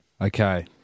Okay